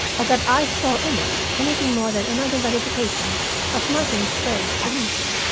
or that i saw in it anything more than another verification of martin sprague's solution.